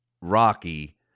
Rocky